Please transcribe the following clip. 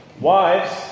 Wives